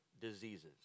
diseases